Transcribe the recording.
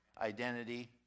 identity